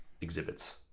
exhibits